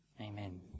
amen